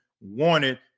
wanted